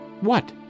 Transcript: What